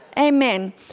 Amen